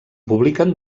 publiquen